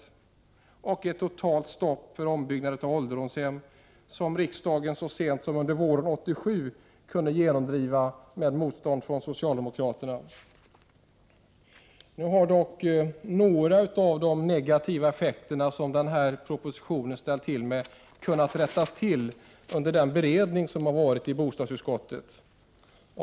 En annan konsekvens skulle bli ett totalt stopp för ombyggnad av ålderdomshem, som riksdagen så sent som våren 1987 beslutade att stödja under motstånd från socialdemokraterna. Nu har dock några av de negativa effekterna som propositionen har ställt till med kunnat rättas till under den beredning som har skett i bostadsutskottet.